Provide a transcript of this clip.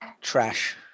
Trash